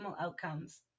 outcomes